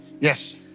Yes